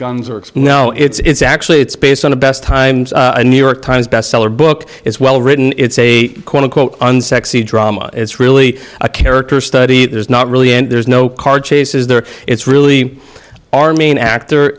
guns or no it's actually it's based on the best times new york times best seller book is well written it's a quote unquote unsexy drama it's really a character study there's not really and there's no car chases there it's really our main actor